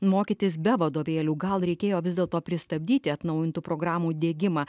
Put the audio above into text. mokytis be vadovėlių gal reikėjo vis dėlto pristabdyti atnaujintų programų diegimą